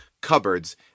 cupboards